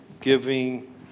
giving